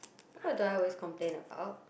what do I always complain about